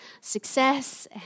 success